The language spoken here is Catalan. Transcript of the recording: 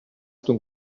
ton